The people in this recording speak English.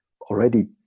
already